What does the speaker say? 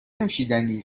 نوشیدنی